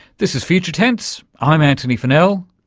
this is future tense, i'm antony funnell,